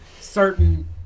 certain